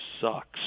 sucks